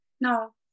No